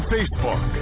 Facebook